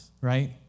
right